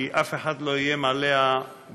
כי אף אחד לא איים עליה בגירוש,